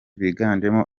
biganjemo